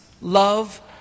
love